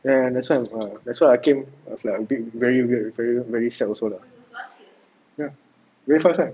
and that's why that's why I became of like a bit very weird very very sad also lah ya very fast ah